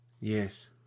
Yes